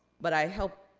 but i help,